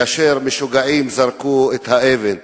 כאשר משוגעים זרקו את האבן.